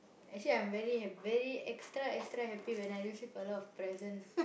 actually I'm very very extra extra happy when I receive a lot of present